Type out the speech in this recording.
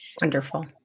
Wonderful